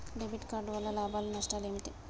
Debit card వల్ల లాభాలు నష్టాలు ఏమిటి?